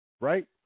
right